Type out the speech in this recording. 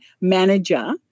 manager